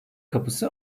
kapısı